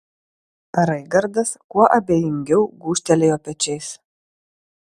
raigardas kuo abejingiau gūžtelėjo pečiais